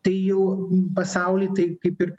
tai jau pasauly taip kaip ir